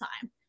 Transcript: time